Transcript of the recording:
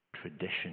tradition